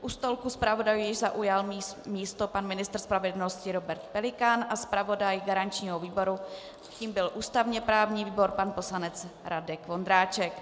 U stolku zpravodajů již zaujal místo pan ministr spravedlnosti Robert Pelikán a zpravodaj garančního výboru, tím byl ústavněprávní výbor, pan poslanec Radek Vondráček.